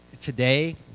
today